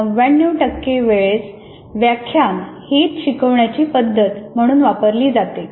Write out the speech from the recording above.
99 वेळेला व्याख्यान हीच शिकवण्याची पद्धत म्हणून वापरली जाते